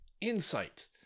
insight